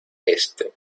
este